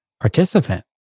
participant